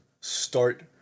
start